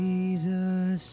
Jesus